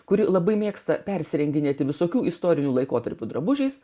kuri labai mėgsta persirenginėti visokių istorinių laikotarpių drabužiais